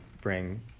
bring